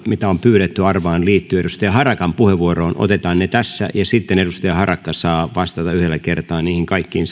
mitä on pyydetty arvaan liittyvän edustaja harakan puheenvuoroon otetaan ne tässä ja sitten edustaja harakka saa vastata yhdellä kertaa niihin kaikkiin